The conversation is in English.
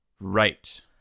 Right